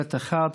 פלאט 1,